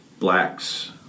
Blacks